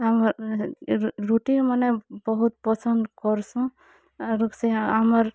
ଆମର୍ ରୁଟି ମାନେ ବହୁତ୍ ପସନ୍ଦ୍ କର୍ସୁଁ ଆରୁ ସେ ଆମର୍